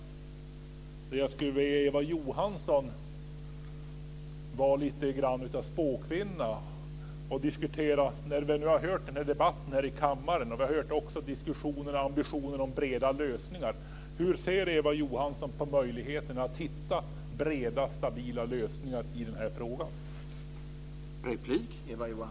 Jag vill be Eva Johansson att vara lite grann av en spåkvinna. Vi har nu hört debatten här i kammaren. Vi har också hört diskussionerna och ambitionerna om breda lösningar. Hur ser Eva Johansson på möjligheterna att hitta breda stabila lösningar i den här frågan?